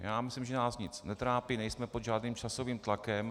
Já myslím, že nás nic netrápí, nejsme pod žádným časovým tlakem.